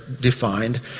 defined